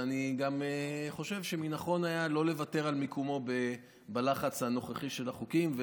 ואני גם חושב שנכון היה לא לוותר על מקומו בלחץ הנוכחי של החוקים.